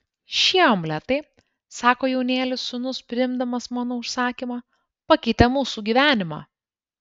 šie omletai sako jaunėlis sūnus priimdamas mano užsakymą pakeitė mūsų gyvenimą